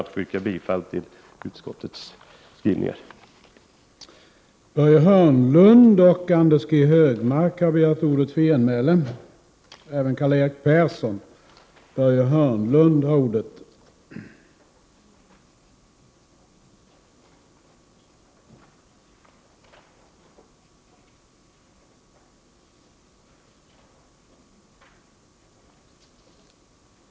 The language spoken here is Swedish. Jag yrkar bifall till utskottets hemställan.